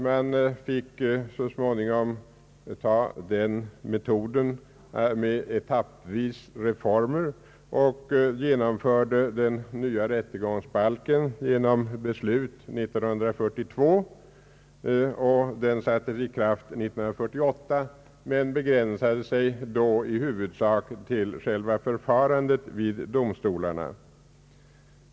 Man började så småningom begagna metoden med reformer etappvis och genomförde den nya rättegångsbalken genom ett beslut år 1942. Den trädde i kraft år 1948 men begränsades då i huvudsak till själva förfarandet vid domstolarna.